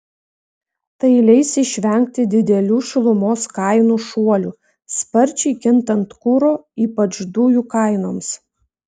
tai leis išvengti didelių šilumos kainų šuolių sparčiai kintant kuro ypač dujų kainoms